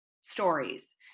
stories